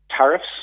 tariffs